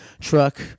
truck